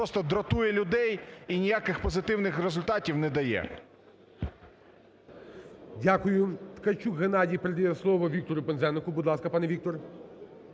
просто дратує людей і ніяких позитивних результатів не дає. ГОЛОВУЮЧИЙ. Дякую. Ткачук Геннадій передає слово Віктору Пинзенику. Будь ласка, пане Віктор.